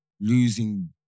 losing